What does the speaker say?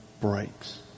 breaks